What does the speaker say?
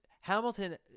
Hamilton